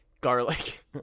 garlic